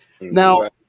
Now